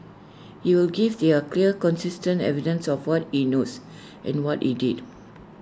he will give there clear consistent evidence of what he knows and what he did